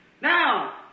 Now